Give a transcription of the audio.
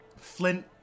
Flint